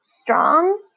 strong